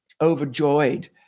overjoyed